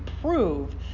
prove